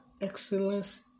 excellence